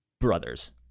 Brothers